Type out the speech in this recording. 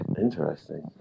interesting